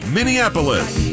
Minneapolis